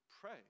pray